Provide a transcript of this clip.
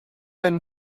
been